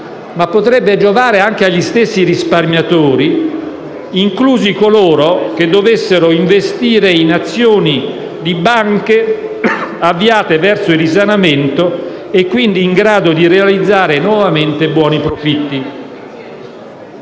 sistema bancario, ma anche agli stessi risparmiatori, inclusi coloro che dovessero investire in azioni di banche avviate verso il risanamento e quindi in grado di realizzare nuovamente buoni profitti.